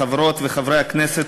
חברות וחברי הכנסת,